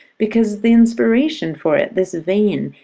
because the inspiration for it, this vein,